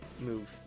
move